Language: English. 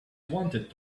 wanted